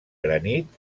granit